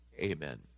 amen